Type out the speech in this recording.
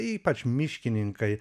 ypač miškininkai